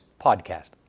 Podcast